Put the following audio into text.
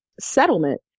settlement